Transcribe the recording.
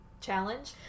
challenge